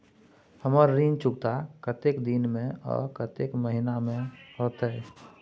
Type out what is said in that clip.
हमर ऋण चुकता कतेक दिन में आ कतेक महीना में होतै?